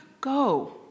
go